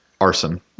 arson